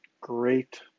great